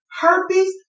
herpes